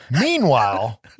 Meanwhile